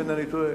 אם אינני טועה,